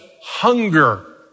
hunger